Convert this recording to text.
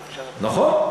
נכון.